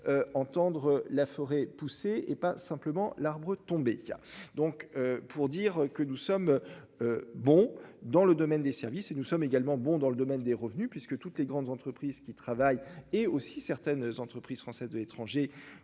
Entendre la forêt poussé et pas simplement l'arbre tombé. Donc pour dire que nous sommes. Bon dans le domaine des services et nous sommes également bon dans le domaine des revenus puisque toutes les grandes entreprises qui travaillent, et aussi certaines entreprises françaises de étrangers